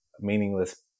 meaningless